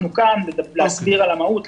אנחנו כאן כדי להסביר על המהות,